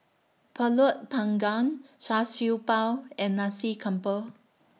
Pulut Panggang Char Siew Bao and Nasi Campur